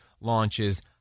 launches